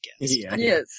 Yes